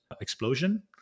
explosion